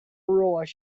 realized